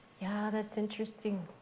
yeah, that's interesting.